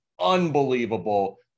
unbelievable